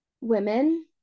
women